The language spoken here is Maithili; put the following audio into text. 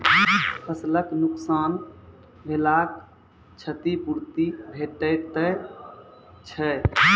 फसलक नुकसान भेलाक क्षतिपूर्ति भेटैत छै?